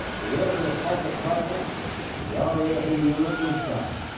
the work of the fighter pilots and the ah raf in europe was done.